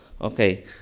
Okay